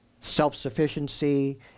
Self-sufficiency